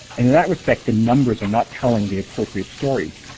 and in that respect the numbers are not telling the appropriate stories,